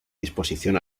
disposición